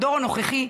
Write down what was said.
הדור הנוכחי,